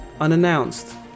unannounced